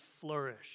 flourish